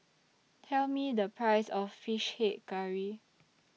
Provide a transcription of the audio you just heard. Tell Me The Price of Fish Head Curry